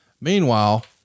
Meanwhile